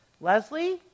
Leslie